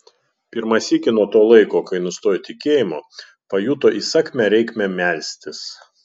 pirmą sykį nuo to laiko kai nustojo tikėjimo pajuto įsakmią reikmę melstis